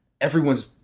everyone's